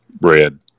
Red